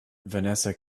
vanessa